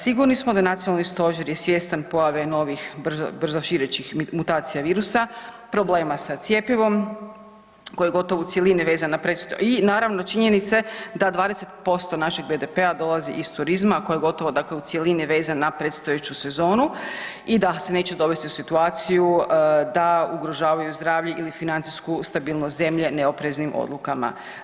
Sigurni smo sa nacionalni stožer je svjestan pojave novih brzoširećih mutacija virusa, problema sa cjepivom koje je gotovo u cjelini vezano … i naravno činjenice da 20% našeg BDP-a dolazi iz turizma, a koje je gotovo u cjelini vezan na predstojeću sezonu i da se neće dovesti u situaciju da ugrožavaju zdravlje ili financijsku stabilnost zemlje neopreznim odlukama.